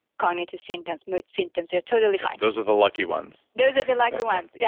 cognitive symptoms, mood symptoms, they're totally fine those are the lucky ones those are the lucky ones, yeah